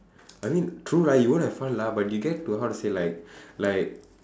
I mean true lah you won't have fun lah but you get to how to say like like